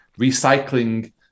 recycling